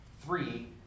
Three